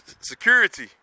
security